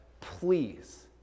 please